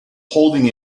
holding